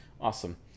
awesome